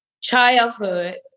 childhood